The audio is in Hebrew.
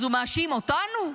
אז הוא מאשים אותנו?